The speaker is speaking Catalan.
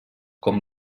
com